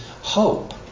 hope